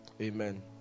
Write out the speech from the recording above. Amen